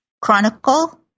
chronicle